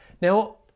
Now